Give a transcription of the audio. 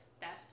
theft